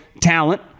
talent